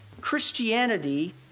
Christianity